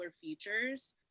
features